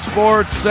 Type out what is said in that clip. Sports